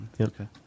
Okay